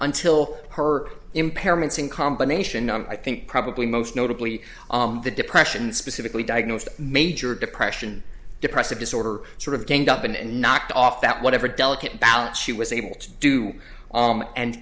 until her impairments in combination i think probably most notably the depression specifically diagnosed major depression depressive disorder sort of ganged up on and knocked off that whatever delicate balance she was able to do